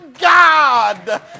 God